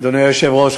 אדוני היושב-ראש,